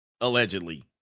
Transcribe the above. allegedly